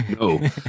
no